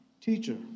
Teacher